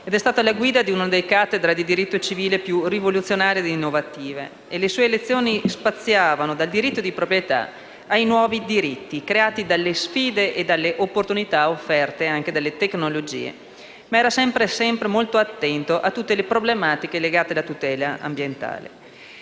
È stato alla guida di una delle cattedre di diritto civile più rivoluzionarie e innovative e le sue lezioni spaziavano dal diritto di proprietà ai nuovi diritti creati dalle sfide e dalle opportunità offerte anche dalle tecnologie. Ma era sempre molto attento a tutte le problematiche legate alla tutela ambientale.